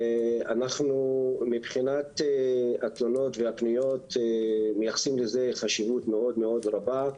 ואנחנו מבחינת התלונות והפניות מייחסים לזה חשיבות מאוד מאוד רבה,